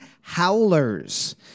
Howlers